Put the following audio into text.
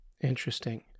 Interesting